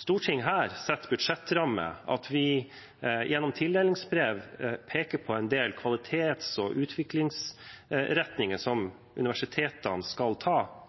Stortinget setter budsjettrammer, at vi peker på en del kvalitets- og utviklingsretninger som universitetene skal ta